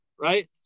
right